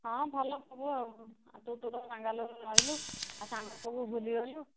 ହଁ ଭଲ ସବୁ ଆଉ ତୁ ତୋର ବାଙ୍ଗାଲୋରରେ ରହିଲୁ ଆଉ ସାଙ୍ଗ ସବୁ ଭୁଲି ଗଲୁ